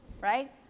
right